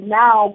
now